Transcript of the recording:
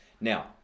Now